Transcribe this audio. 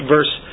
Verse